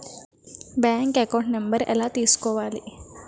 Bank account number ఎలా తీసుకోవాలి?